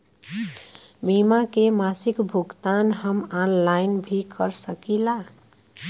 बीमा के मासिक भुगतान हम ऑनलाइन भी कर सकीला?